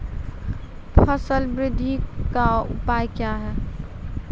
फसल बृद्धि का उपाय क्या हैं?